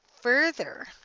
further